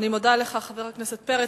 אני מודה לך, חבר הכנסת פרץ.